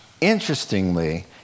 Interestingly